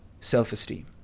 self-esteem